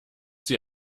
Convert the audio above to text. sie